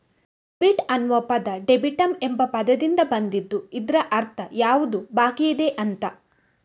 debit ಅನ್ನುವ ಪದ ಡೆಬಿಟಮ್ ಎಂಬ ಪದದಿಂದ ಬಂದಿದ್ದು ಇದ್ರ ಅರ್ಥ ಯಾವುದು ಬಾಕಿಯಿದೆ ಅಂತ